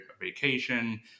vacation